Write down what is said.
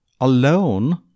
Alone